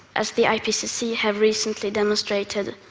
as the ipcc have recently demonstrated,